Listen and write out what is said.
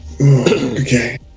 Okay